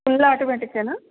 full automatic ఏనా